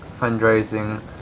fundraising